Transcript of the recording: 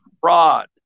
fraud